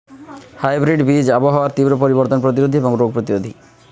hybrid বীজ আবহাওয়ার তীব্র পরিবর্তন প্রতিরোধী এবং রোগ প্রতিরোধী